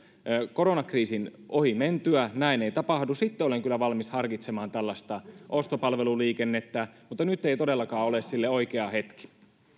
koronakriisin ohi mentyä näin ei tapahdu sitten olen kyllä valmis harkitsemaan tällaista ostopalveluliikennettä mutta nyt ei todellakaan ole sille oikea hetki